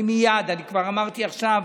אני מייד, אני כבר אמרתי עכשיו,